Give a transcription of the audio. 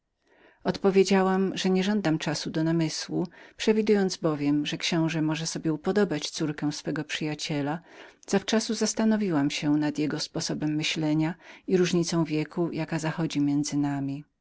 odpowiedziałam że nie żądam czasu do namysłu przewidując bowiem że książe może sobie upodobać córkę swego przyjaciela zawczasu zastanowiłam się nad jego sposobem myślenia i różnicą naszych